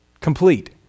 complete